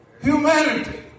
Humanity